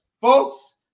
Folks